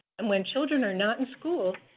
and when children are not in school,